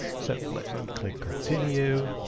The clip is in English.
so let me click continue.